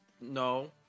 No